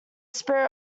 spirit